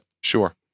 Sure